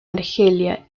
argelia